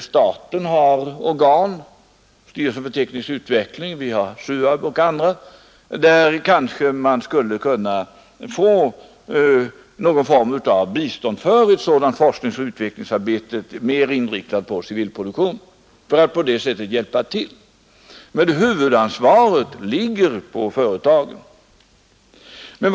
Staten har organ — styrelsen för teknisk utveckling, SUAB och andra — som skulle kunna ge någon form av bistånd för att få forskningsoch utvecklingsarbetet mera inriktat på civil produktion, men huvudansvaret ligger på företagen.